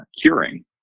curing